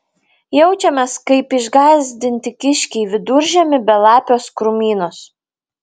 jaučiamės kaip išgąsdinti kiškiai viduržiemį belapiuos krūmynuos